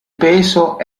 peso